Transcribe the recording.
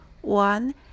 one